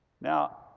Now